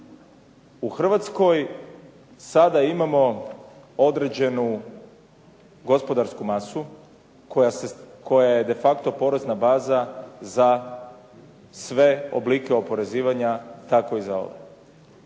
U Hrvatskoj sada imamo određenu gospodarsku masu koja je de facto porezna baza za sve oblike oporezivanja, tako i za ovo.